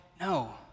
No